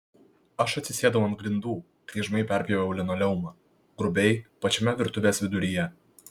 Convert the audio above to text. aš atsisėdau ant grindų kryžmai perpjoviau linoleumą grubiai pačiame virtuvės viduryje